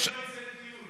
יצא לטיול.